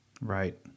Right